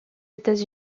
états